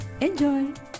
Enjoy